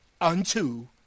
Unto